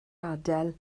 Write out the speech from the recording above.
adael